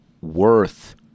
worth